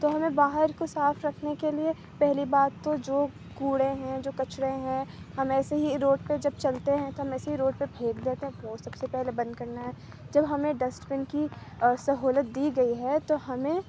تو ہمیں باہر کو صاف رکھنے کے لیے پہلی بات تو جو کوڑے ہیں جو کچڑے ہیں ہمیں ایسے ہی روڈ پہ جب چلتے ہیں تو ہم ایسے ہی روڈ پہ پھینک دیتے ہیں وہ سب سے پہلے بند کرنا ہے جب ہمیں ڈسٹ بین سہولت دی گئی تو ہمیں